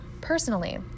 Personally